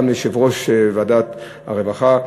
גם יושב-ראש ועדת הרווחה,